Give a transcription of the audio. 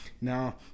Now